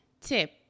tip